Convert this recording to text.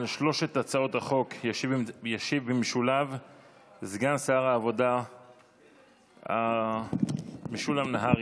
על שלוש הצעות החוק ישיב במשולב סגן שר העבודה משולם נהרי,